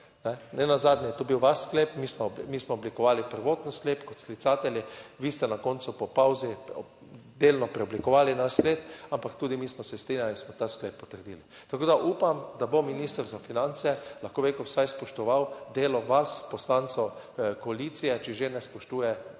nenazadnje je to bil vaš sklep, mmi smo, mi smo oblikovali prvoten sklep kot sklicatelji, vi ste na koncu po pavzi delno preoblikovali naš sklep, ampak tudi mi smo se strinjali, da smo ta sklep potrdili. Tako da upam, da bo minister za finance, lahko bi rekel, vsaj spoštoval delo vas poslancev koalicije, če že ne spoštuje delo